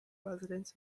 residents